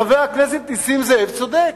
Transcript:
חבר הכנסת נסים זאב צודק.